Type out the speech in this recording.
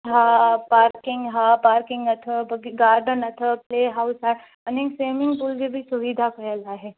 हा हा पार्किंग हा पार्किंग अथव त बि गार्डन अथव प्लेहाउस आहे अने स्विमिंग पूल जी बि सुविधा ठहियलु आहे